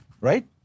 right